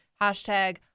hashtag